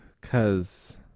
cause